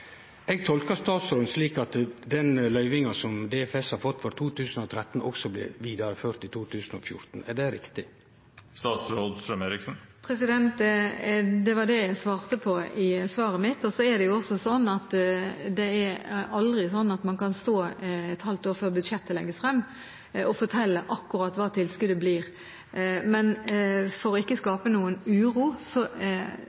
Eg tolkar statsråden slik at den løyvinga som DFS har fått for 2013, også blir vidareført i 2014. Er det riktig? Det var det jeg svarte på i svaret mitt. Det er aldri sånn at man kan stå et halvt år før budsjettet legges frem og fortelle akkurat hva tilskuddet vil bli. Men for ikke å